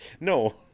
no